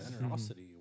Generosity